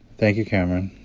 thank you, cameron.